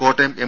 Kottayam M